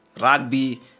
rugby